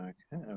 Okay